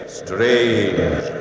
strange